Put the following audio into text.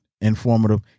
informative